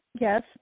yes